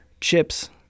chips